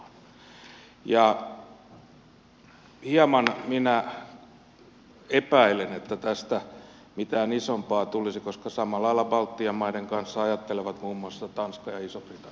hieman minä epäilen että tästä mitään isompaa tulisi koska samalla lailla baltian maiden kanssa ajattelevat muun muassa tanska ja iso britannia